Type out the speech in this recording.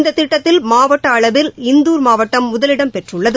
இந்த திட்டத்தில் மாவட்ட அளவில் இந்துர் மாவட்டம் முதலிடம் பெற்றுள்ளது